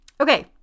Okay